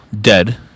dead